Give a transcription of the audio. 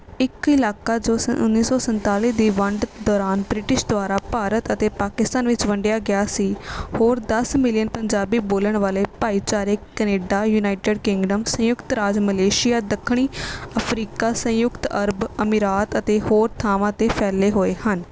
ਇੱਕ ਇਲਾਕਾ ਜੋ ਸੰਨ ਉੱਨੀ ਸੌ ਸੰਤਾਲੀ ਦੀ ਵੰਡ ਦੌਰਾਨ ਬ੍ਰਿਟਿਸ਼ ਦੁਆਰਾ ਭਾਰਤ ਅਤੇ ਪਾਕਿਸਤਾਨ ਵਿੱਚ ਵੰਡਿਆ ਗਿਆ ਸੀ ਹੋਰ ਦਸ ਮਿਲੀਅਨ ਪੰਜਾਬੀ ਬੋਲਣ ਵਾਲੇ ਭਾਈਚਾਰੇ ਕਨੇਡਾ ਯੂਨਾਈਟਿਡ ਕਿੰਗਡਮ ਸੰਯੁਕਤ ਰਾਜ ਮਲੇਸ਼ੀਆ ਦੱਖਣੀ ਅਫਰੀਕਾ ਸੰਯੁਕਤ ਅਰਬ ਅਮੀਰਾਤ ਅਤੇ ਹੋਰ ਥਾਵਾਂ 'ਤੇ ਫੈਲੇ ਹੋਏ ਹਨ